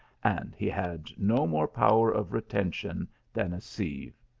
and he had no more power of retention than a sieve.